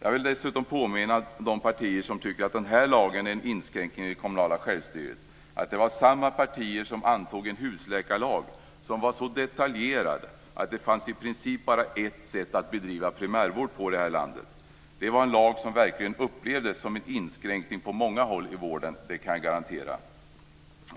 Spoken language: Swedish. Jag vill dessutom påminna de partier som tycker att den här lagen är en inskränkning i det kommunala självstyret, att det var samma partier som antog en husläkarlag som var så detaljerad att det fanns i princip bara ett sätt att bedriva primärvård på i det här landet. Det var en lag som verkligen upplevdes som en inskränkning i vården - det kan jag garantera.